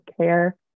care